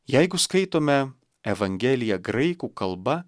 jeigu skaitome evangeliją graikų kalba